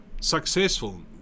successful